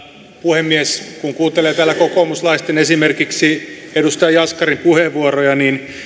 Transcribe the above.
puhemies kun kuuntelee täällä kokoomuslaisten esimerkiksi edustaja jaskarin puheenvuoroja niin